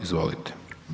Izvolite.